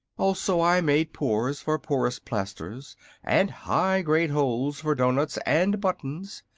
also i made pores for porous plasters and high-grade holes for doughnuts and buttons.